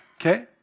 Okay